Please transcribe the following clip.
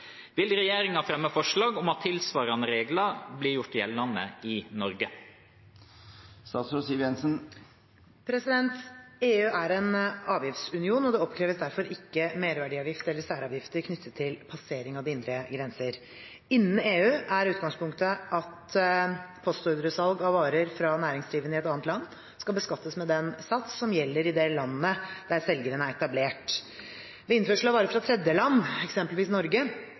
Vil regjeringen fremme forslag om at tilsvarende regler gjøres gjeldende i Norge?» EU er en avgiftsunion, og det oppkreves derfor ikke merverdiavgift eller særavgifter knyttet til passering av de indre grenser. Innen EU er utgangspunktet at postordresalg av varer fra næringsdrivende i et annet land skal beskattes med den sats som gjelder i det landet der selgeren er etablert. Ved innførsel av varer fra tredjeland – eksempelvis Norge